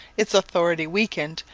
its authority weakened,